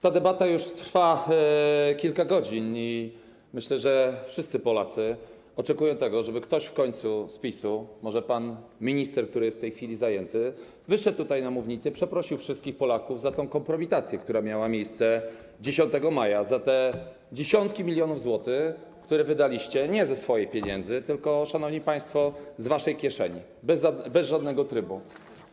Ta debata trwa już kilka godzin i myślę, że wszyscy Polacy oczekują tego, żeby ktoś w końcu z PiS-u - może pan minister, który jest w tej chwili zajęty - wyszedł tutaj na mównicę i przeprosił wszystkich Polaków za tę kompromitację, jaka miała miejsce 10 maja, za te dziesiątki milionów złotych, które wydaliście nie ze swoich pieniędzy, tylko - szanowni państwo - z waszej kieszeni, bez żadnego trybu.